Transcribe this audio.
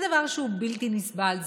דבר שהוא בלתי נסבל,